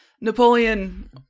Napoleon